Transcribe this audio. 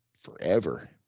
forever